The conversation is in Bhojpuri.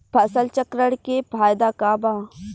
फसल चक्रण के फायदा का बा?